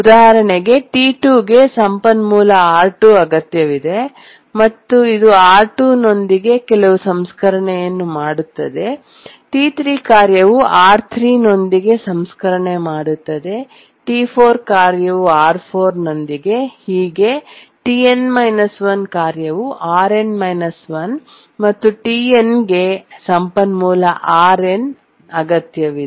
ಉದಾಹರಣೆಗೆ T2 ಗೆ ಸಂಪನ್ಮೂಲ R2 ಅಗತ್ಯವಿದೆ ಮತ್ತು ಇದು R2 ನೊಂದಿಗೆ ಕೆಲವು ಸಂಸ್ಕರಣೆಯನ್ನು ಮಾಡುತ್ತದೆ T3 ಕಾರ್ಯವು R3 ನೊಂದಿಗೆ ಸಂಸ್ಕರಣೆ ಮಾಡುತ್ತದೆ T4 ಕಾರ್ಯವು R4 ನೊಂದಿಗೆ Tn 1 ಕಾರ್ಯವು Rn 1 ಮತ್ತು Tn ಗೆ ಸಂಪನ್ಮೂಲ Rn ಅಗತ್ಯವಿದೆ